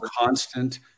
constant